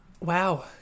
Wow